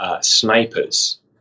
snipers